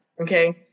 okay